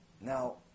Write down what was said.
Now